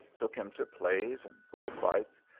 took him to plays and bull fights,